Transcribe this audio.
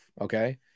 Okay